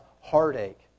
heartache